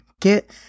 Get